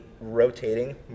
rotating